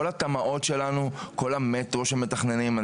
כל התמ"אות שלנו, כל המטרו שמתכננים.